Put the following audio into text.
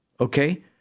Okay